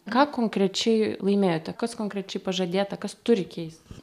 ką konkrečiai laimėjote kas konkrečiai pažadėta kas turi keistis